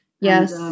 Yes